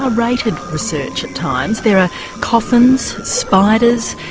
ah r-rated research at times. there are coffins, spiders,